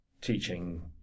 teaching